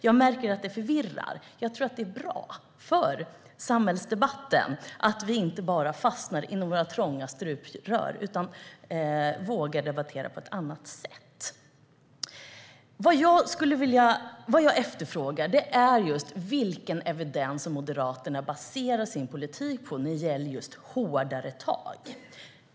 Jag märker att det förvirrar, men jag tror att det är bra för samhällsdebatten att vi inte bara fastnar i trånga stuprör. Vi måste våga debattera på ett annat sätt. Vad jag efterfrågar är vilken evidens som Moderaterna baserar sin politik på när det gäller hårdare tag.